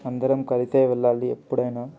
అందరం కలిసే వెళ్ళాలి ఎప్పుడైనా